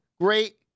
great